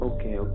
Okay